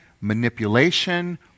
manipulation